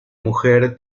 mujer